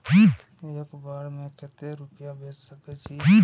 एक बार में केते रूपया भेज सके छी?